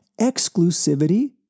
exclusivity